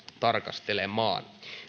tarkastelemaan